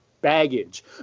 baggage